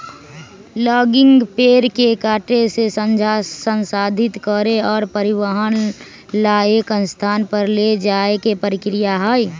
logging पेड़ के काटे से, संसाधित करे और परिवहन ला एक स्थान पर ले जाये के प्रक्रिया हई